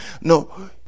no